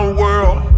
world